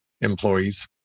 employees